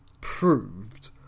proved